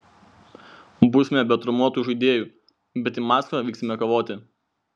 būsime be traumuotų žaidėjų bet į maskvą vykstame kovoti